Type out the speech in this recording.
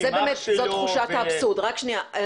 אם אח שלו --- רק שנייה,